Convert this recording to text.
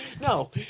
No